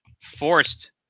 forced